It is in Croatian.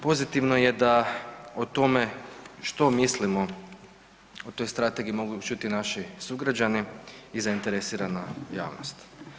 Pozitivno je da o tome što mislimo o toj strategiji mogu čuti naši sugrađani i zainteresirana javnost.